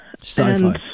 sci-fi